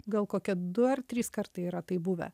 gal kokie du ar trys kartai yra taip buvę